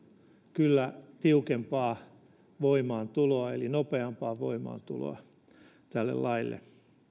kyllä tiukempaa eli nopeampaa voimaantuloa tälle laille